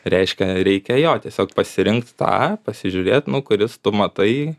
reiškia reikia jo tiesiog pasirinkt tą pasižiūrėt nu kuris tu matai